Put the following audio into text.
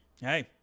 Hey